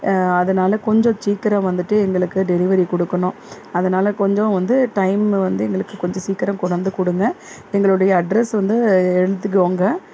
அதனால கொஞ்சம் சீக்கிரம் வந்துட்டு எங்களுக்கு டெலிவரி கொடுக்கணும் அதனால கொஞ்சம் வந்து டைம் வந்து எங்களுக்கு கொஞ்சம் சீக்கிரம் கொண்டு வந்து கொடுங்க எங்களுடைய அட்ரஸ் வந்து எழுதிக்கோங்க